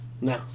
No